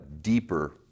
deeper